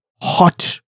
hot